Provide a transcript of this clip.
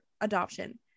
adoption